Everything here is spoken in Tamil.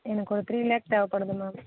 எனக்கு ஒரு த்ரீ லேக் தேவைப்படுது மேம்